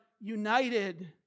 united